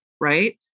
right